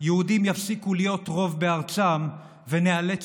יהודים יפסיקו להיות רוב בארצם וניאלץ